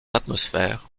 atmosphère